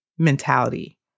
mentality